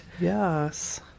Yes